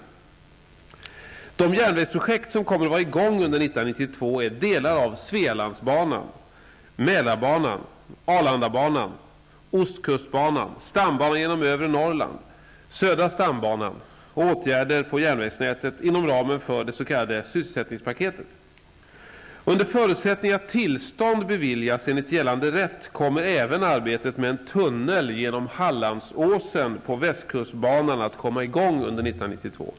De järnvägsprojekt som kommer att vara i gång sysselsättningspaketet. Under förutsättning att tillstånd beviljas enligt gällande rätt kommer även arbetet med en tunnel genom Hallandsåsen på västkustbanan att komma i gång under 1992.